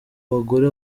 bagore